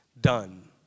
done